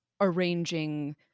arranging